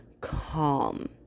calm